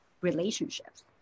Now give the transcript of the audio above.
relationships